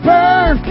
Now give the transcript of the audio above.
Burn